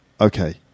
Okay